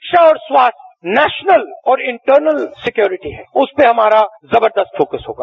शिक्षा और स्वास्थ्य नेशनल और इंटरनल सिक्योरिटी है उस पर हमारा जबरदस्त फोकस होगा